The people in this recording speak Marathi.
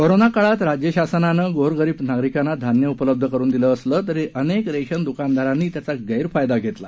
कोरोना काळात राज्य शासनानं गोरगरीब नागरिकांना धान्य उपलब्ध करून दिलं असलं तरी अनेक रेशन द्कानदारांनी त्याचा गैरफायदा घेतला